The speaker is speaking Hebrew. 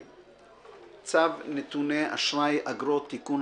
צו נתוני אשראי (אגרות) (תיקון),